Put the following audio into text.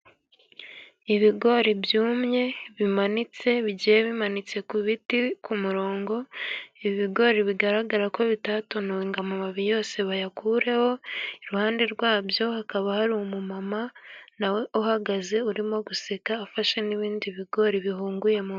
Ibigori byumye bimanitse, bigiye bimanitse ku biti ku murongo, ibigori bigaragara ko bitatonowe ngo amababi yose bayakuyeho, iruhande rwabyo hakaba hari umumama nawe uhagaze urimo guseka, afashe n'ibindi bigori bihunguye mu.